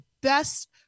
best